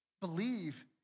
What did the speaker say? Believe